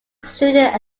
included